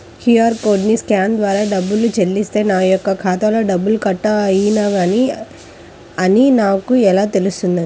QR కోడ్ని scan ద్వారా డబ్బులు చెల్లిస్తే నా యొక్క ఖాతాలో డబ్బులు కట్ అయినవి అని నాకు ఎలా తెలుస్తుంది?